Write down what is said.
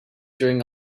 during